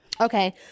Okay